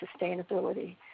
sustainability